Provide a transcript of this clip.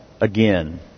again